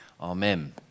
Amen